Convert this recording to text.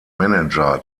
manager